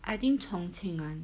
I think chong cheng [one]